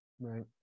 Right